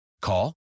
Call